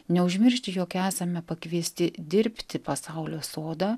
neužmiršti jog esame pakviesti dirbti pasaulio sodą